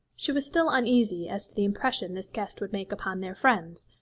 she was still uneasy as to the impression this guest would make upon their friends,